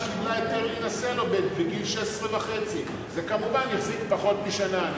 שקיבלה היתר להינשא לו בגיל 16.5. זה כמובן החזיק פחות משנה,